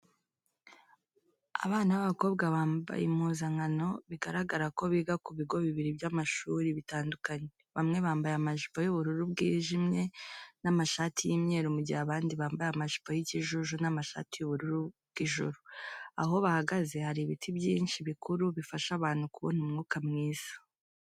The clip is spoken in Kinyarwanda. Abana b'abakobwa bambaye impuzankano bigaragara ko biga ku bigo bibiri by'amashuri bitandukanye, bamwe bambaye amajipo y'ubururu bwijimye n'amashati y'imyeru mu gihe abandi bambaye amajipo y'ikijuju n'amashati y'ubururu bw'ijuru. Aho bahagaze hari ibiti byinshi bikuru bifasha abantu kubona umwuka mwiza.